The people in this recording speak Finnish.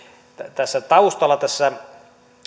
tässä